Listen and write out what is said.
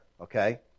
okay